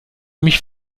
mich